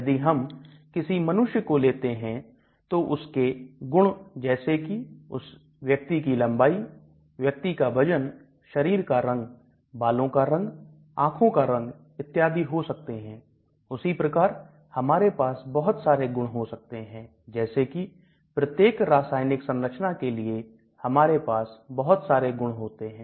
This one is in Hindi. यदि हम किसी मनुष्य को लेते हैं तो उसके गुण जैसे कि उस व्यक्ति की लंबाई व्यक्ति का वजन शरीर का रंग बालों का रंग आंखों का रंग इत्यादि हो सकते हैं उसी प्रकार हमारे पास बहुत सारे गुण हो सकते हैं जैसे कि प्रत्येक रासायनिक संरचना के लिए हमारे पास बहुत सारे गुण होते हैं